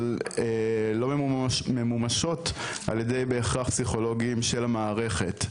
אבל לא בהכרח ממומשות על ידי פסיכולוגים של המערכת,